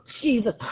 Jesus